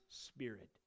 spirit